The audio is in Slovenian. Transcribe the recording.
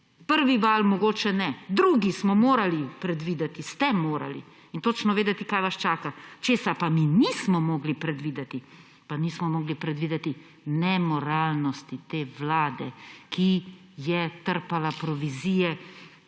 Prvi val mogoče ne, drugi smo morali predvideti, ste morali in točno vedeti, kaj vas čaka. Česa pa mi nismo mogli predvideti, pa nismo mogli predvideti nemoralnosti te vlade, ki je trpala provizije.